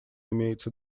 имеется